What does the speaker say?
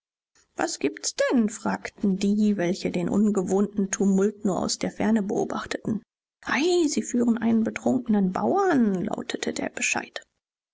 was gibt's denn fragten die welche den ungewohnten tumult nur aus der ferne beobachteten ei sie führen einen betrunkenen bauern lautete der bescheid